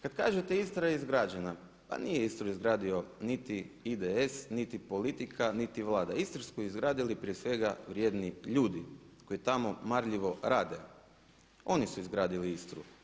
Kada kažete Istra je izgrađena, pa nije Istru izgradio niti IDS, niti politika, niti Vlada, Istru su izgradili prije svega vrijedni ljudi koji tamo marljivo rade, oni su izgradili Istru.